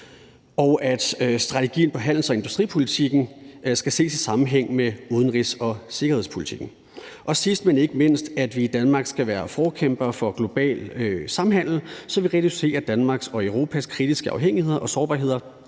og at strategien i handels- og industripolitikken skal ses i en sammenhæng med udenrigs- og sikkerhedspolitikken. Sidst, men ikke mindst, skal vi i Danmark være forkæmpere for global samhandel, så vi reducerer Danmarks og Europas kritiske afhængigheder og sårbarheder